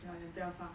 yeah then 不要放